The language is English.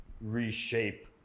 reshape